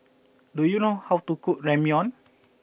do you know how to cook Ramyeon